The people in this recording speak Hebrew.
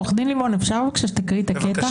עו"ד לימון, אפשר בבקשה שתקרא את הקטע?